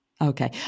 Okay